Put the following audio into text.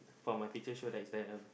for my picture show that is a